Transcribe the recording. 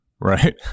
right